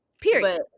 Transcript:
Period